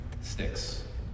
sticks